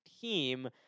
team